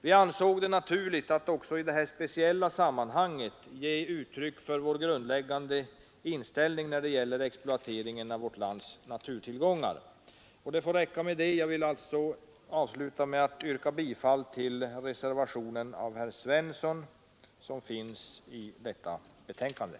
Vi ansåg det naturligt att också i detta speciella sammanhang ge uttryck för vår grundläggande inställning när det gäller exploateringen av vårt lands naturtillgångar. Jag yrkar bifall till reservationen av herr Svensson i Malmö.